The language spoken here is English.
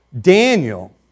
Daniel